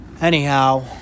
Anyhow